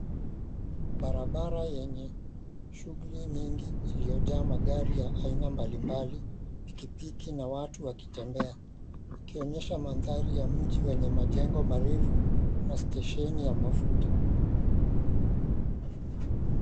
Barabara yenye shughuli nyingi iliyojaa magari ya aina mbalimbali, pikipiki na watu wakitembea. Ikionyesha maanthari ya mji wenye majengo marefu na stesheni ya mafuta.